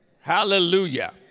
Hallelujah